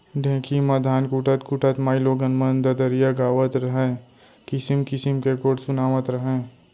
ढेंकी म धान कूटत कूटत माइलोगन मन ददरिया गावत रहयँ, किसिम किसिम के गोठ सुनातव रहयँ